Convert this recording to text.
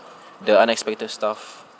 the unexpected stuff